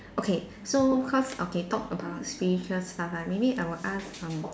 okay so cause okay talk about spiritual stuff ah maybe I will ask um